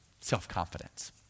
self-confidence